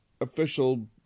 official